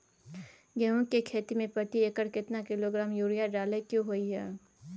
गेहूं के खेती में प्रति एकर केतना किलोग्राम यूरिया डालय के होय हय?